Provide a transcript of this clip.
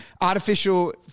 Artificial